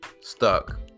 Stuck